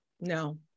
No